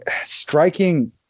striking